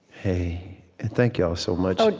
hey. thank y'all so much,